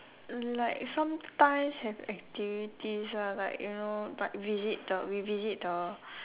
like sometimes have activities ah like you know like visit the we visit the